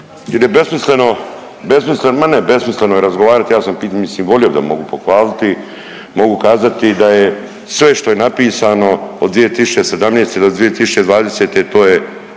je besmisleno, besmislen, ne, ne, besmisleno je razgovarat, ja sam, mislim volio bi da mogu pohvaliti. Mogu kazati da je sve što je napisano od 2017. do 2020. to je